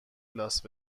لاس